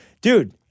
Dude